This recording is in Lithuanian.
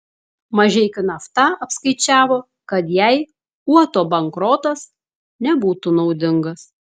mažeikių nafta apskaičiavo kad jai uoto bankrotas nebūtų naudingas